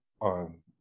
on